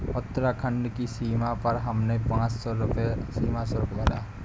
उत्तराखंड की सीमा पर हमने पांच सौ रुपए सीमा शुल्क भरा